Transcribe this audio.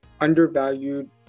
undervalued